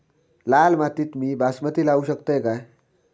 लाल मातीत मी बासमती लावू शकतय काय?